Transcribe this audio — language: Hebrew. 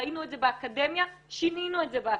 ראינו את זה באקדמיה שינינו את זה באקדמיה.